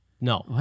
No